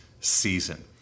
season